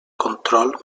control